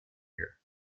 here